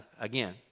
Again